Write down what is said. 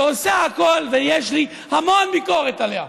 שעושה הכול, ויש לי המון ביקורת עליה,